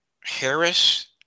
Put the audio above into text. Harris